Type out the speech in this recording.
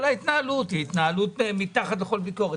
ההתנהלות היא התנהלות מתחת לכל ביקורת,